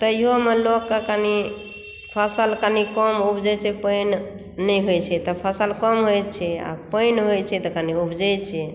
तऽ तइयो मे लोकके कनी फसल कनी कम ऊपजै छै पानि नहि होइत छै तऽ फसल कम होइत छै आ पानि होइत छै तऽ कनि ऊपजै छै